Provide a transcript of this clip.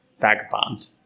vagabond